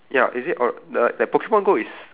ya is it or the like like pokemon go is